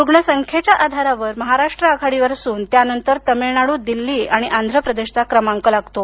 रुग्ण संख्येच्या आधारावर महाराष्ट्र आघाडीवर असून त्यांनतर तामिळनाडू दिल्ली आणि आंध्र प्रदेशचा क्रमांक लागतो